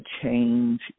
change